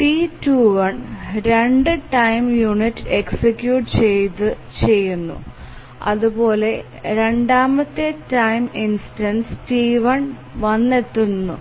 T21 2 time unit execute ചെയുന്നു അതുപോലെ 3ആമത്തെ ടൈം ഇൻസ്റ്റൻസിൽ T1 വന്നെത്തുന്നു